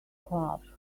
club